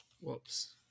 Whoops